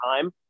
time